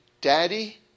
Daddy